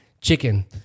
chicken